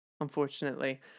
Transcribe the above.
Unfortunately